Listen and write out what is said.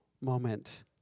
moment